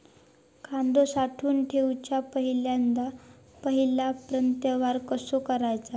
कांदो साठवून ठेवुच्या पहिला प्रतवार कसो करायचा?